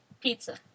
Pizza